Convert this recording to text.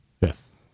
Yes